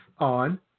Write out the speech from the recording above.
On